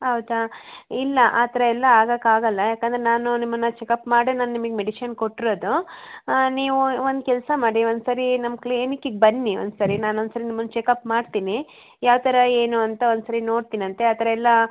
ಹೌದಾ ಇಲ್ಲ ಆ ಥರ ಎಲ್ಲ ಆಗಕ್ಕೆ ಆಗೋಲ್ಲ ಯಾಕಂದರೆ ನಾನು ನಿಮ್ಮನ್ನು ಚೆಕಪ್ ಮಾಡೇ ನಾನು ನಿಮಗೆ ಮೆಡಿಶಿನ್ ಕೊಟ್ಟಿರೋದು ನೀವು ಒಂದು ಕೆಲಸ ಮಾಡಿ ಒಂದು ಸರಿ ನಮ್ಮ ಕ್ಲಿನಿಕ್ಕಿಗೆ ಬನ್ನಿ ಒಂದು ಸರಿ ನಾನು ಒಂದು ಸರಿ ನಿಮ್ಮನ್ನು ಚೆಕಪ್ ಮಾಡ್ತೀನಿ ಯಾವ ಥರ ಏನು ಅಂತ ಒಂದು ಸರಿ ನೋಡ್ತೀನಂತೆ ಆ ಥರ ಎಲ್ಲ